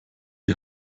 die